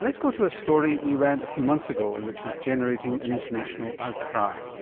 let's go to a story we ran a few months ago and which is generating an international outcry.